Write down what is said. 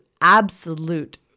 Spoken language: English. absolute